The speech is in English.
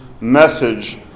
message